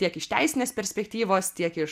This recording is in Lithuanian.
tiek iš teisinės perspektyvos tiek iš